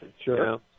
Sure